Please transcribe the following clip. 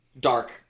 Dark